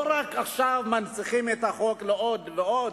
לא רק שמנציחים את החוק עוד ועוד,